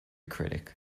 critic